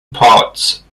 parts